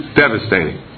devastating